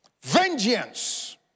vengeance